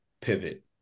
pivot